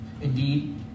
Indeed